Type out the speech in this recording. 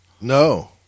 No